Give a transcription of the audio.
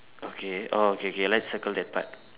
okay oh K K let's circle that part